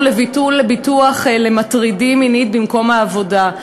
לביטול ביטוח למטרידים מינית במקום העבודה.